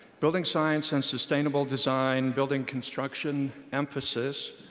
building science and sustainable design, building construction emphasis,